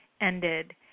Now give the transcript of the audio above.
ended